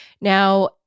Now